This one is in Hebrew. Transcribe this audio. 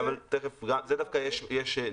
דווקא יש על זה,